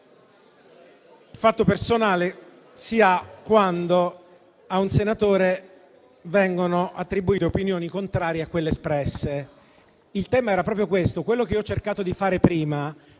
ha fatto personale quando a un senatore vengono attribuite opinioni contrarie a quelle espresse. Il tema era proprio questo ed è quello che ho cercato di fare prima.